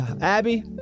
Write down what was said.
Abby